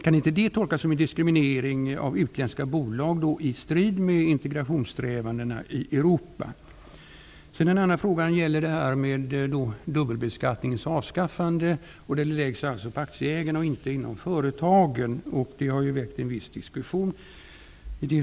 Kan inte det tolkas som en diskriminering av utländska bolag i strid mot strävandena för en integration i Europa? En annan fråga gäller detta med avskaffandet av dubbelbeskattningen. Detta läggs alltså på aktieägarna och inte inom företagen. Det har ju väckt en viss diskussion.